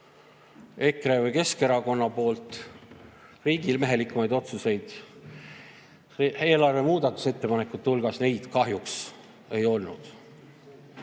või Keskerakonnalt riigimehelikumaid otsuseid? Eelarve muudatusettepanekute hulgas neid kahjuks ei olnud.